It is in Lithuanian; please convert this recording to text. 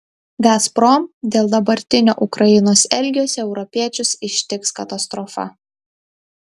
gazprom dėl dabartinio ukrainos elgesio europiečius ištiks katastrofa